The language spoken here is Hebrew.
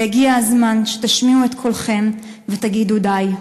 והגיע הזמן שתשמיעו את קולכם ותגידו: די.